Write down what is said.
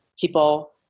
people